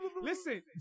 Listen